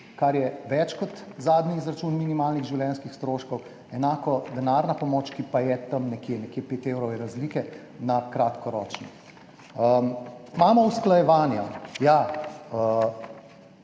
kar je več kot zadnji izračun minimalnih življenjskih stroškov, enako denarna pomoč, ki pa je tam nekje, nekje 5 evrov, je razlike na kratkoročni. Imamo usklajevanja.